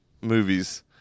Movies